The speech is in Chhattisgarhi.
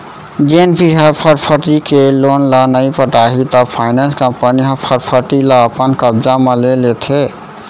जेन भी ह फटफटी के लोन ल नइ पटाही त फायनेंस कंपनी ह फटफटी ल अपन कब्जा म ले लेथे